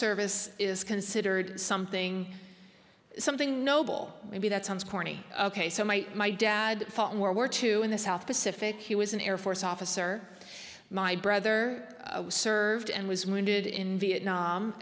service is considered something something noble maybe that sounds corny ok so my my dad fought in world war two in the south pacific he was an air force officer my brother served and was wounded in vietnam